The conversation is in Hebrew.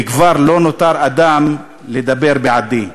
וכבר לא נותר אדם לדבר בעדי.